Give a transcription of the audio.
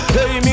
Hey